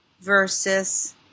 versus